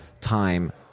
time